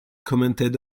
commented